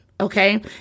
okay